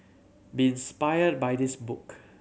be inspired by this book